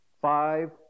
five